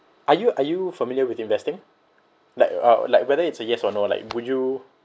are you are you familiar with investing like uh like whether it's a yes or no like would you